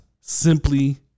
simply